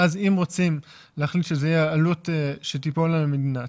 ואז אם רוצים להחליט שזאת תהיה עלות שתיפול על המדינה,